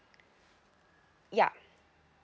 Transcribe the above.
ya